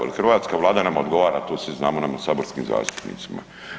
Jer hrvatska Vlada nama odgovara, to se znam, nama saborskim zastupnicima.